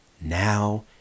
now